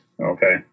Okay